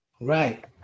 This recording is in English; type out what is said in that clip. Right